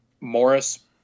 Morris